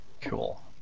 Cool